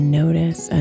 notice